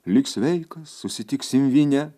lik sveikas susitiksim vyne